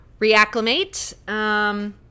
reacclimate